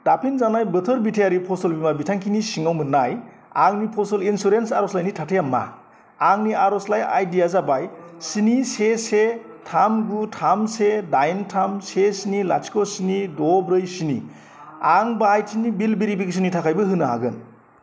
दाफिनजानाय बोथोर बिथारि फसल बीमा बिथांखिनि सिङाव मोननाय आंनि फसल इन्सुरेन्स आर'जलाइनि थाथाया मा आंनि आर'जलाइ आइडिया जाबाय स्नि से से से थाम गु थाम से दाइन थाम से स्नि लाथिख' स्नि द' ब्रै स्नि आं बाहायथिनि बिल भेरिफिकेसननि थाखायबो होनो हागोन